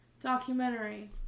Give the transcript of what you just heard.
Documentary